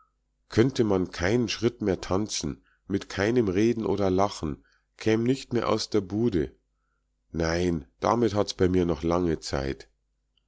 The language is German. könnte man keinen schritt mehr tanzen mit keinem reden oder lachen käm nicht mehr aus der bude nein damit hat's bei mir noch lange zeit